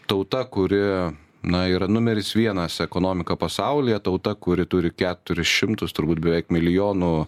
tauta kuri na yra numeris vienas ekonomika pasaulyje tauta kuri turi keturis šimtus turbūt beveik milijonų